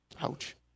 Ouch